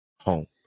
home